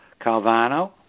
Calvano